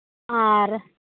ᱟᱨ